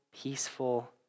peaceful